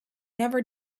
never